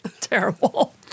Terrible